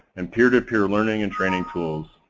and peer to peer learning and training tools,